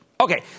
Okay